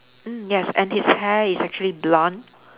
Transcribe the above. mm yes and his hair is actually blonde